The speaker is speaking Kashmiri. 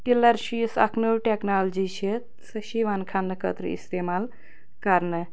پِلر چھُ یُس اَکھ نٔوۍ ٹٮ۪کنالجی چھِ سُہ چھُ یِوان کھننہٕ خٲطرٕ اِستعمال کَرنہٕ